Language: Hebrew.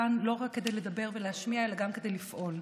כאן לא רק כדי לדבר ולהשמיע אלא כדי לפעול.